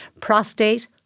prostate